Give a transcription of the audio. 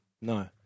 No